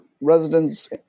residents